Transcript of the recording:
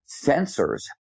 Sensors